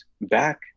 back